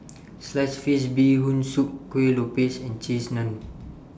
Sliced Fish Bee Hoon Soup Kue Lupis and Cheese Naan